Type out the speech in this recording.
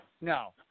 No